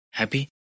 Happy